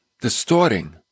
distorting